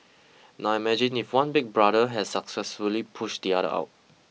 now imagine if one big brother has successfully pushed the other out